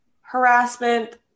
harassment